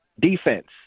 defense